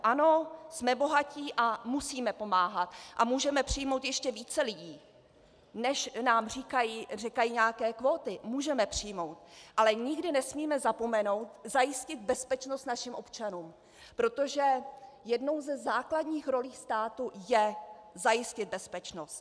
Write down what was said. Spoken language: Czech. Ano, jsme bohatí a musíme pomáhat a můžeme přijmout ještě více lidí, než nám říkají nějaké kvóty, můžeme přijmout, ale nikdy nesmíme zapomenout zajistit bezpečnost našim občanům, protože jednou ze základních rolí státu je zajistit bezpečnost.